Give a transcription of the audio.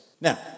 Now